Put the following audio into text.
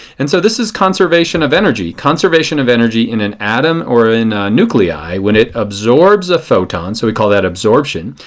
and so this is conservation of energy. conservation of energy in an atom or in a nuclei, when it absorbs a photon, so we call that absorption.